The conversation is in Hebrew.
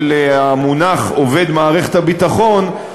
של המונח "עובד מערכת הביטחון",